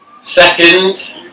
Second